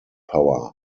power